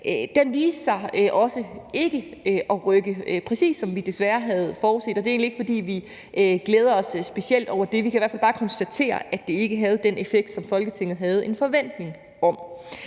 Det viste sig også ikke at rykke på noget, præcis som vi desværre havde forudset. Og det er egentlig ikke, fordi vi glæder os specielt over det, men vi kan i hvert fald bare konstatere, at det ikke havde den effekt, som Folketinget havde en forventning om.